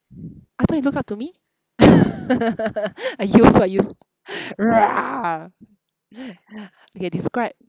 I thought you look up to me !aiyo! so I use K describe